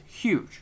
huge